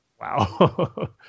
wow